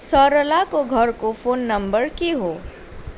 सरलाको घरको phone number के हो